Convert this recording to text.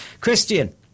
Christian